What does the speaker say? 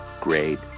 great